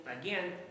again